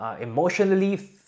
emotionally